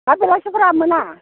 दा बेलासिफोराव मोना